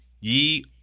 ye